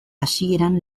hasieran